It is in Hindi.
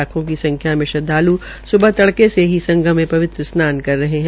लाखों की संख्या में श्रद्वाल् सुबह तड़के से ही संगम में पवित्र स्नान कर रहे है